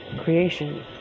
creation